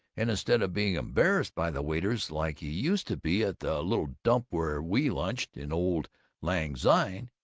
and instead of being embarrassed by the waiters, like he used to be at the little dump where we lunched in old lang syne,